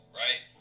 right